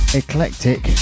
eclectic